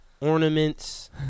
Ornaments